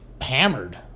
hammered